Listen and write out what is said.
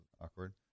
awkward